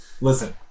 Listen